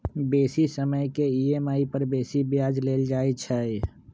बेशी समय के ई.एम.आई पर बेशी ब्याज लेल जाइ छइ